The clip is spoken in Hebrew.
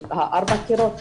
של ארבע הקירות,